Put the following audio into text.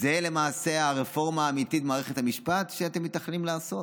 זו למעשה הרפורמה האמיתית במערכת המשפט שאתם מתכננים לעשות?